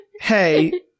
hey